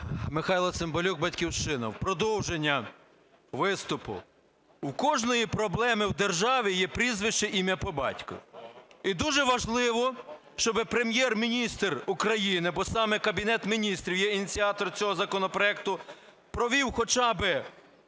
Михайло Цимбалюк, "Батьківщина". В продовження виступу. У кожної проблеми в державі є прізвище, ім'я, по батькові і дуже важливо, щоб Прем'єр-міністр України, бо саме Кабінет Міністрів є ініціатор цього законопроекту, провів хоча би